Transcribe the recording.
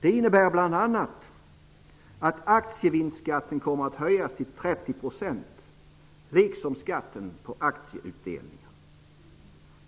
Det innebär bl.a. att aktievinstskatten kommer att höjas till 30 %, liksom skatten på aktieutdelningar.